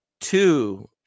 Two